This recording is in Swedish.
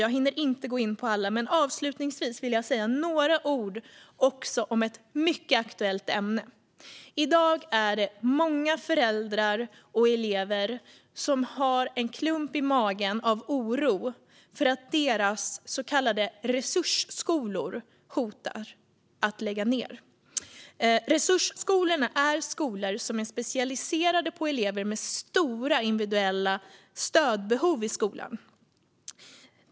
Jag hinner inte gå in på alla, men avslutningsvis vill jag säga några ord om ett mycket aktuellt ämne. I dag är det många föräldrar och elever som har en klump i magen av oro för att deras så kallade resursskolor hotas av nedläggning. Resursskolorna är skolor som är specialiserade på elever med stora individuella behov av stöd i skolan.